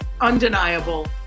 undeniable